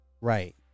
Right